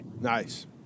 Nice